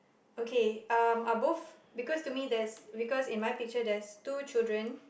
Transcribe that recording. okay um are both because to me there's because in my picture there's two children